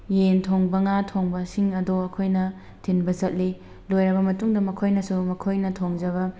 ꯌꯦꯟ ꯊꯣꯡꯕ ꯉꯥ ꯊꯣꯡꯕꯁꯤꯡ ꯑꯗꯣ ꯑꯩꯈꯣꯏꯅ ꯊꯤꯟꯕ ꯆꯠꯂꯤ ꯂꯣꯏꯔꯕ ꯃꯇꯨꯡꯗ ꯃꯈꯣꯏꯅꯁꯨ ꯃꯈꯣꯏꯅ ꯊꯣꯡꯖꯕ